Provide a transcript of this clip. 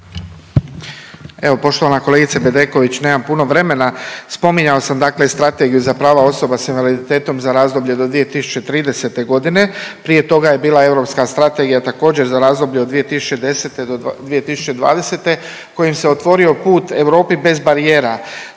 Evo poštovana kolegice Bedeković, nemam puno vremena. Spominjao sam dakle strategiju za prava osoba s invaliditetom za razdoblje do 2030. godine prije toga je bila europska strategija također za razdoblje od 2010. do 2020. kojim se otvorio put Europi bez barijera.